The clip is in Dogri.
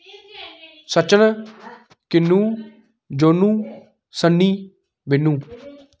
सचिन किन्नू जोनू सन्नी बिन्नू